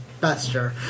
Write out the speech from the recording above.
Bester